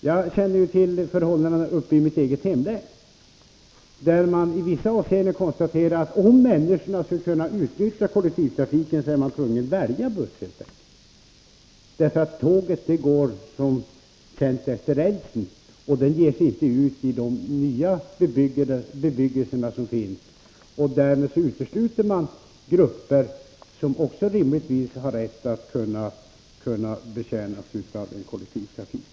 Jag känner till förhållandena uppe i mitt eget hemlän, där människorna för att kunna utnyttja kollektivtrafiken är tvungna att välja buss. Tåget går som känt är på räls och ger sig ju inte ut i den nya bebyggelse som nu finns, och därmed = Nr 18 utesluts grupper som rimligtvis också har rätt att betjäna sig av kollektivtrafik Måndagen den frön tägeratik.